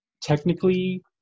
technically